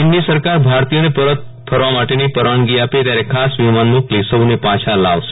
ચીન ની સરકાર ભરતિયો ને પરત ફરવા માટે ની પરવાનગી આપે ત્યારે ખાસ વિમાન મોકલી સૌ ને પાછા લાવશે